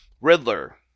Riddler